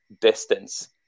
distance